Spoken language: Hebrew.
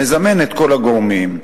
מזמן את כל הגורמים,